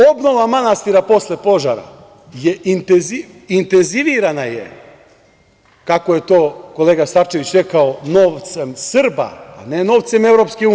Obnova manastira posle požara je intenzivirana, kako je to kolega Starčević rekao, novcem Srba a ne novcem EU.